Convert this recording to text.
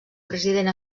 president